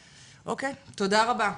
אוקיי, תודה רבה ובהצלחה.